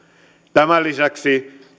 tämän lisäksi